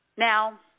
Now